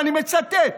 ואני מצטט: